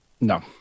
No